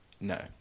no